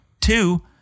two